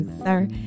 sir